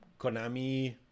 Konami